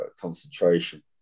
concentration